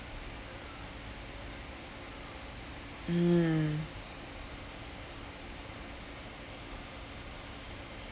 mm